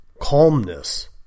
calmness